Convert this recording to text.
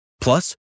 Plus